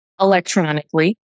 electronically